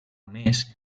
més